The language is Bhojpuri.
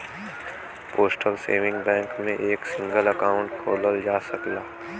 पोस्टल सेविंग बैंक में एक सिंगल अकाउंट खोलल जा सकला